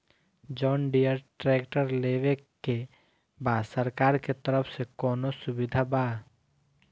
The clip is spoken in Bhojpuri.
जॉन डियर ट्रैक्टर लेवे के बा सरकार के तरफ से कौनो सुविधा बा?